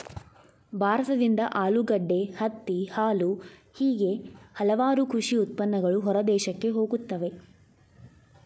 ಭಾರತದಿಂದ ಆಲೂಗಡ್ಡೆ, ಹತ್ತಿ, ಹಾಲು ಹೇಗೆ ಹಲವಾರು ಕೃಷಿ ಉತ್ಪನ್ನಗಳು ಹೊರದೇಶಕ್ಕೆ ಹೋಗುತ್ತವೆ